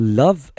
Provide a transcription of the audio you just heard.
love